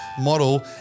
model